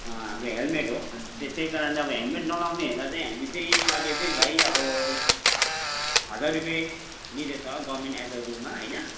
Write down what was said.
हाम्रो हेलमेट हो त्यही कारणले अब हेलमेट नलाउनेहरूलाई चाहिँ हामी चाहिँ अहिले चाहिँ भाइ अब हजार रुपियाँ लिँदैछ गभर्मेन्ट एज ए रूलमा होइन